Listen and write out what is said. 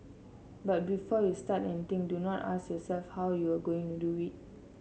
but before you start anything do not ask yourself how you're going to do it